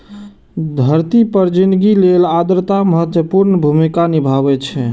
धरती पर जिनगी लेल आर्द्रता महत्वपूर्ण भूमिका निभाबै छै